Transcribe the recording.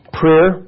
prayer